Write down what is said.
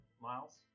Miles